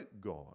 God